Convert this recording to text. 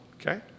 okay